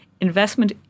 investment